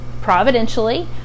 providentially